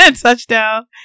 touchdown